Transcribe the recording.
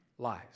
Lies